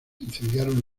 incendiaron